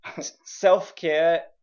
self-care